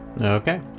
Okay